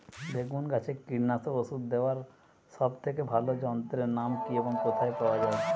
বেগুন গাছে কীটনাশক ওষুধ দেওয়ার সব থেকে ভালো যন্ত্রের নাম কি এবং কোথায় পাওয়া যায়?